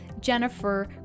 Jennifer